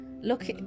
look